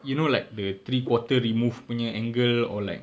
you know like the three quarter removed punya angle or like